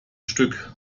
stück